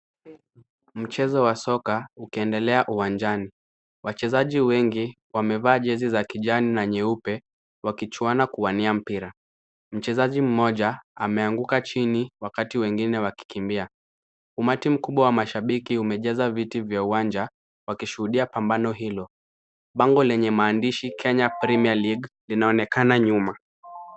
Mchezo wa soko ukiendelea uwanjani. Wachezaji wengi wameva jezi za kijani na nyeupe wakichuana kuwania mpira. Mchezaji mmoja ameanguka chini wakati wengine wakikimbia. Umati mkubwa wa mashabiki umejaza vitu vya uwanja wakishuhudia pambano hilo. Bango lenye maandishi (cs) Kenya Premier League (cs) linaonekana nyuma.